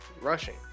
rushing